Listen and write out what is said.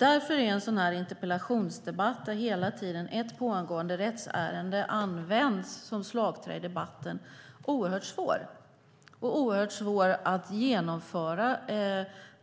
Därför är en interpellationsdebatt som denna, där ett pågående rättsärende används som slagträ i debatten, oerhört svår att genomföra